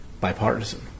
bipartisan